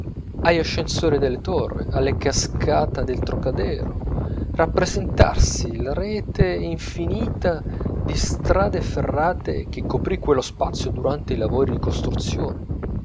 agli ascensori delle torri alla cascata del trocadero rappresentarsi la rete infinita di strade ferrate che coprì quello spazio durante i lavori di costruzione